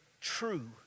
true